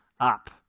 Up